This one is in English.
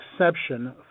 exception